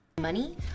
Money